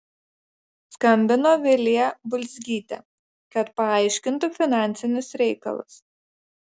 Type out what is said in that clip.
skambino vilija bulzgytė kad paaiškintų finansinius reikalus